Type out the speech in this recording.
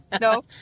No